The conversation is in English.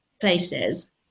places